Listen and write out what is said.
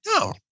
No